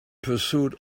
pursuit